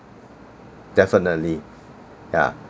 definitely ya